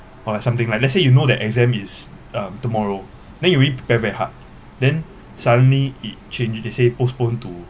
or like something like let's say you know the exam is um tomorrow then you read very very hard then suddenly it changed they say postpone to